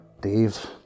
Dave